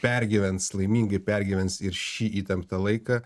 pergyvens laimingai pergyvens ir šį įtemptą laiką